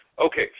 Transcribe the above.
Okay